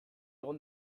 egon